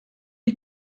die